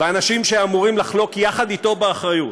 וצה"ל לפני המערכה ובמהלכה.